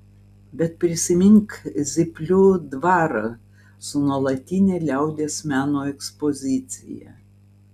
bet prisimink zyplių dvarą su nuolatine liaudies meno ekspozicija